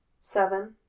Seven